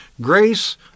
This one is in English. grace